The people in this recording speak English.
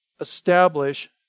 establish